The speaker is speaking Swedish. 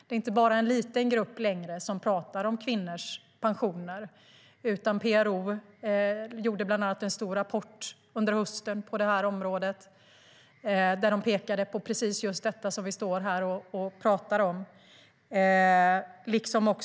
Det är inte längre bara en liten grupp som talar om kvinnors pensioner, utan bland andra PRO gjorde en stor rapport på det här området under hösten, där de pekade på just detta som vi står här och talar om.